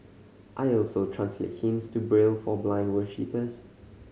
I also translate hymns to Braille for blind worshippers